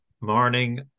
Morning